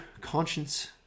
conscience